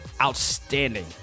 outstanding